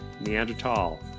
neanderthal